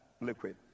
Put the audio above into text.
liquid